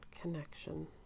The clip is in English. Connection